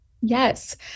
Yes